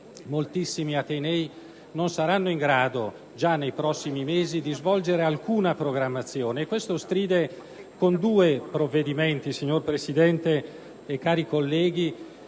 moltissimi atenei non saranno in grado già nei prossimi mesi di svolgere alcuna programmazione. Questo stride con due provvedimenti, signora Presidente e cari colleghi,